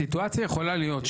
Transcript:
הסיטואציה יכולה להיות,